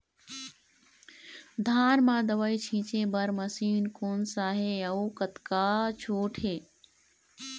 धान म दवई छींचे बर मशीन कोन सा हे अउ कतका छूट हे?